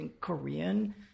Korean